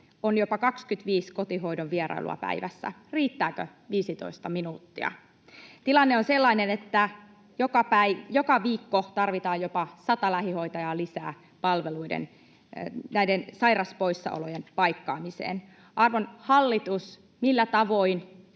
on jopa 25 kotihoidon vierailua päivässä. Riittääkö 15 minuuttia? Tilanne on sellainen, että joka viikko tarvitaan jopa sata lähihoitajaa lisää näiden sairauspoissaolojen paikkaamiseen. Arvon hallitus, millä tavoin